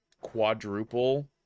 quadruple